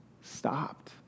stopped